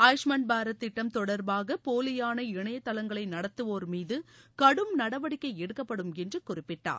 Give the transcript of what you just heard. ஆயுஷ்மான் பாரத் திட்டம் தொடர்பாக போலியாள இணையதளங்களை நடத்துவோர் மீது கடும் நடவடிக்கை எடுக்கப்படும் என்று குறிப்பிட்டார்